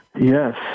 yes